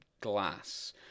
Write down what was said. Glass